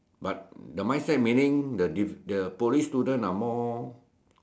but the mindset meaning the Poly student are more